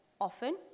often